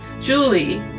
Julie